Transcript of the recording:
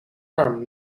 arm